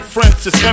Francis